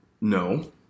no